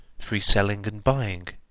free selling and buying.